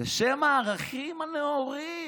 בשם הערכים הנאורים.